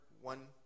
one